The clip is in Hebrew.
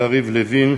יריב לוין,